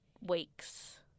weeks